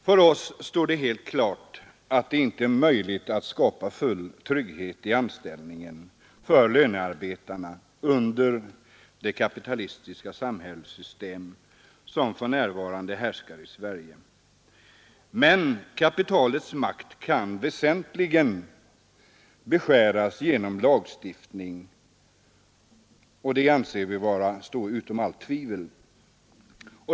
För oss står det helt klart att det inte är möjligt att skapa full trygghet i anställningen för lönearbetarna under det kapitalistiska samhällssystem som för närvarande härskar i Sverige. Men kapitalets makt kan väsentligen beskäras genom lagstiftning, det anser vi står utom allt tvivel.